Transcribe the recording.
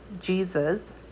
Jesus